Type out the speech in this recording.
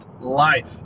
Life